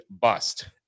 bust